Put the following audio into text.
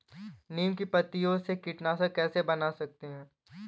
नीम की पत्तियों से कीटनाशक कैसे बना सकते हैं?